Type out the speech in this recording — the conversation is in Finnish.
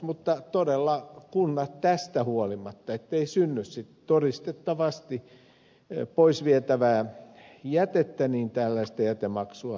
mutta todella kunnat tästä huolimatta ettei synny todistettavasti pois vietävää jätettä tällaista jätemaksua keräävät